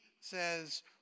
says